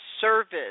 service